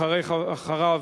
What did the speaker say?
אחריו,